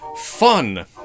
Fun